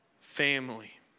family